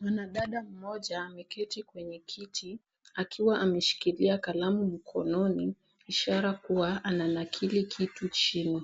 Mwanadada mmoja ameketi kwenye kiti, akiwa ameshikilia kalamu mkononi, ishara kuwa ananakili kitu chini.